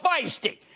feisty